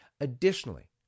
Additionally